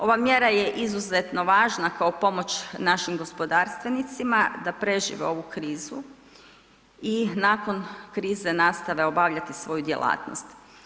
Ova mjera je izuzetno važna kao pomoć našim gospodarstvenicima da prežive ovu krizu i nakon krize nastave obavljati svoju djelatnost.